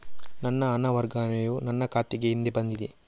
ನನ್ನ ಹಣ ವರ್ಗಾವಣೆಯು ನನ್ನ ಖಾತೆಗೆ ಹಿಂದೆ ಬಂದಿದೆ